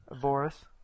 Boris